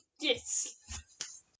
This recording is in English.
Yes